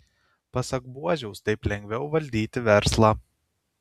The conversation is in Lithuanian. pasak buožiaus taip lengviau valdyti verslą